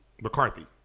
McCarthy